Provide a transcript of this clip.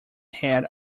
head